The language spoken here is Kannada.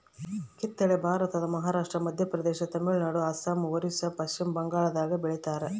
ಕಿತ್ತಳೆ ಭಾರತದ ಮಹಾರಾಷ್ಟ್ರ ಮಧ್ಯಪ್ರದೇಶ ತಮಿಳುನಾಡು ಅಸ್ಸಾಂ ಒರಿಸ್ಸಾ ಪಚ್ಚಿಮಬಂಗಾಳದಾಗ ಬೆಳಿತಾರ